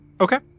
Okay